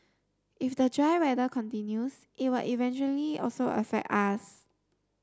if the dry weather continues it will eventually also affect us